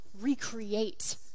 recreate